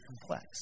complex